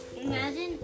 Imagine